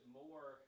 more